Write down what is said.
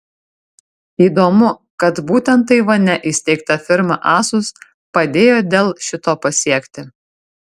įdomu kad būtent taivane įsteigta firma asus padėjo dell šito pasiekti